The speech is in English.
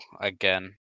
again